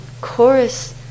chorus